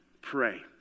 pray